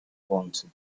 wanted